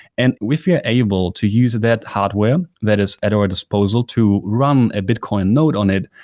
and we're able to use that hardware that is at our disposal to run a bitcoin node on it,